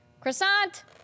Croissant